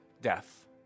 death